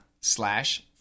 slash